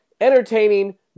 entertaining